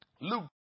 Luke